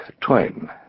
Twain